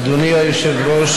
אדוני היושב-ראש,